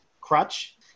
Crutch